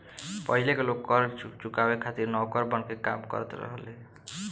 पाहिले के लोग कर चुकावे खातिर नौकर बनके काम करत रहले